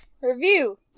Review